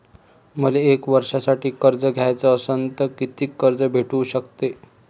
मले एक वर्षासाठी कर्ज घ्याचं असनं त कितीक कर्ज भेटू शकते?